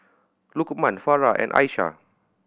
Lukman Farah and Aishah